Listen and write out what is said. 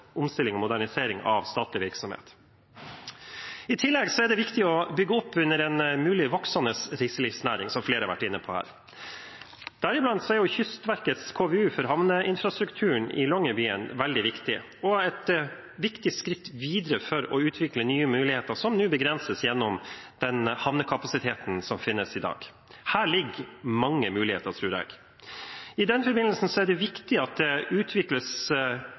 og modernisering av statlig virksomhet. I tillegg er det viktig å bygge opp under en mulig voksende reiselivsnæring, som flere har vært inne på. Deriblant er Kystverkets KVU for havneinfrastrukturen i Longyearbyen veldig viktig og et viktig skritt videre for å utvikle nye muligheter som nå begrenses gjennom den havnekapasiteten som finnes i dag. Her ligger mange muligheter, tror jeg. I den forbindelse er det viktig at det utvikles